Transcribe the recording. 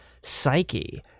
psyche